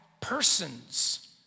Persons